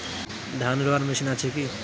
ধান রোয়ার মেশিন আছে কি?